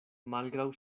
malgraŭ